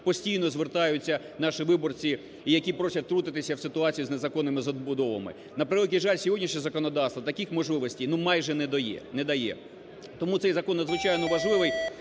постійно звертаються наші виборці, які просять втрутитися в ситуацію з незаконними забудовами. На превеликий жаль, сьогоднішнє законодавство таких можливостей, ну, майже не дає. Тому цей закон надзвичайно важливий.